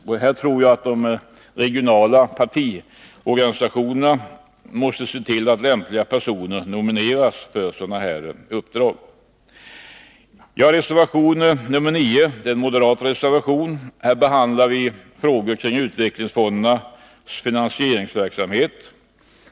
Jag tror att de regionala partiorganisationerna måste se till att lämpliga personer nomineras för sådana här uppdrag. Nr 175 I den moderata reservationen nr 9 behandlas frågor kring utvecklingsfon Fredagen den dernas finansieringsverksamhet.